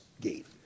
gate